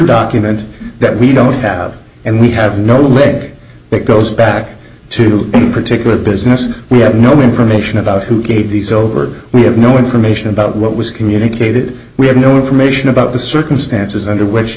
document that we don't have and we have no leg that goes back to particular business we have no information about who gave these over we have no information about what was communicated we have no information about the circumstances under which